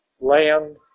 land